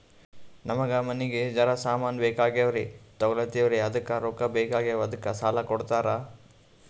ನಮಗ ಮನಿಗಿ ಜರ ಸಾಮಾನ ಬೇಕಾಗ್ಯಾವ್ರೀ ತೊಗೊಲತ್ತೀವ್ರಿ ಅದಕ್ಕ ರೊಕ್ಕ ಬೆಕಾಗ್ಯಾವ ಅದಕ್ಕ ಸಾಲ ಕೊಡ್ತಾರ?